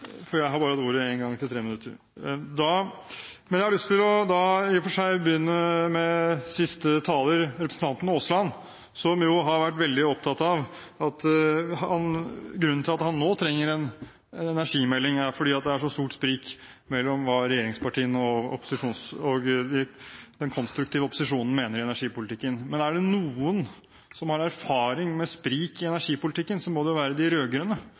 for jeg har bare hatt ordet én gang til et 3-minuttersinnlegg. Men jeg har lyst til å begynne med siste taler, representanten Aasland, som har vært veldig opptatt av at grunnen til at han nå trenger en energimelding, er at det er så stort sprik mellom hva regjeringspartiene og den konstruktive opposisjonen mener i energipolitikken. Men er det noen som har erfaring med sprik i energipolitikken, må det være de